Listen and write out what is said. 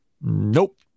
Nope